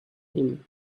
him